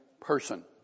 person